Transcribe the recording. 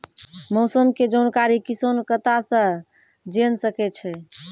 मौसम के जानकारी किसान कता सं जेन सके छै?